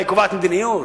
מה, היא קובעת מדיניות?